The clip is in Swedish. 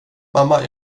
mamma